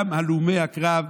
גם נושא הלומי הקרב,